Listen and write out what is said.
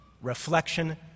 reflection